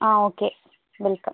ആ okay welcome